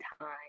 time